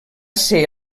ser